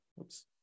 Oops